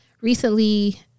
Recently